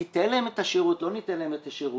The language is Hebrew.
ניתן להם את השירות, לא ניתן להם את השירות.